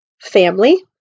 Family